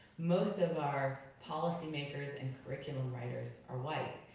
most of our policy-makers and curriculum writers are white.